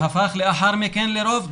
שהפך לאחר מכן לרוב,